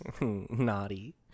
Naughty